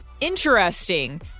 interesting